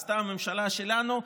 עשתה הממשלה שלנו,